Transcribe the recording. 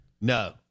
No